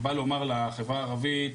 ובא לומר לחברה הערבית,